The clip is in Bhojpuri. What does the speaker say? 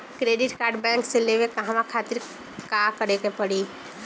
क्रेडिट कार्ड बैंक से लेवे कहवा खातिर का करे के पड़ी?